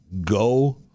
go